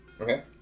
Okay